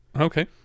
Okay